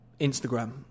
Instagram